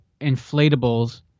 inflatables